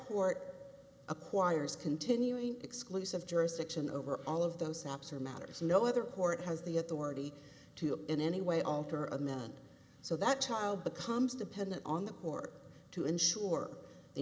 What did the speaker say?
court acquires continuing exclusive jurisdiction over all of those apps or matters no other court has the authority to in any way alter amend so that child becomes dependent on the court to ensure the